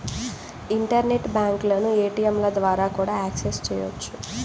internet బ్యాంకులను ఏటీయంల ద్వారా కూడా యాక్సెస్ చెయ్యొచ్చు